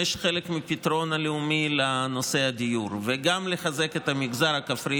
חלק מהפתרון הלאומי לנושא הדיור וגם לחזק את המגזר הכפרי,